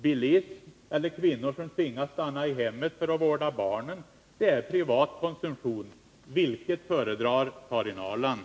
Bilism eller det förhållandet att kvinnor tvingas stanna hemma för att vårda barn är sådant som hänför sig till privat konsumtion. Vilket föredrar Karin Ahrland?